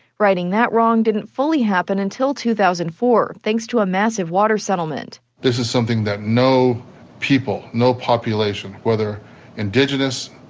righting that wrong didn't fully happen until two thousand and four thanks to a massive water settlement this is something that no people, no population, whether indigenous,